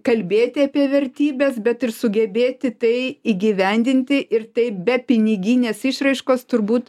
kalbėti apie vertybes bet ir sugebėti tai įgyvendinti ir tai be piniginės išraiškos turbūt